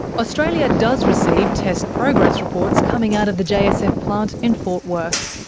australia does receive test progress reports coming out of the jsf plant in fort worth.